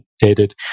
dated